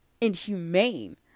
inhumane